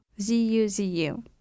Z-U-Z-U